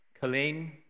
Colleen